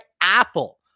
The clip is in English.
Apple